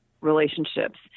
relationships